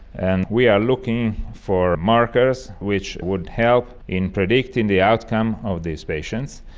and we are looking for markers which would help in predicting the outcome of these patients,